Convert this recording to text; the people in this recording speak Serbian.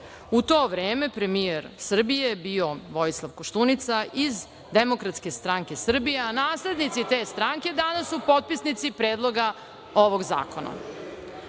U to vreme premijer Srbije je bio Vojislav Koštunica iz Demokratske stranke Srbije, a naslednici te stranke danas su popisnici Predloga ovog zakona. Hajde